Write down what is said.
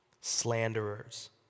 slanderers